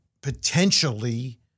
potentially